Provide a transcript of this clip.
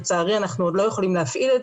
לצערי אנחנו עוד לא יכולים להפעיל את